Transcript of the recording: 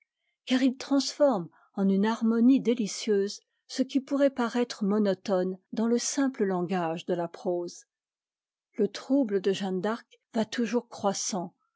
car ils transforment en une harmonie délicieuse ce qui pourrait paraître monotone dans le simple langage de la prose le trouble de jeanne d'arc va toujours croissant